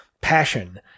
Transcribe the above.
passion